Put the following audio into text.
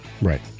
Right